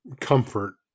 comfort